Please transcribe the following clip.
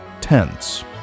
tense